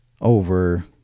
over